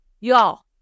y'all